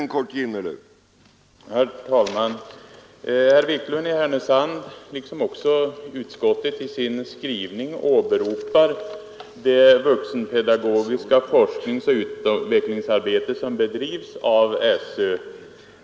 Herr talman! Herr Wiklund i Härnösand liksom utskottet i sin skrivning åberopar det vuxenpedagogiska forskningsoch utvecklingsarbete som bedrivs av SÖ.